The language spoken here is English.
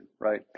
right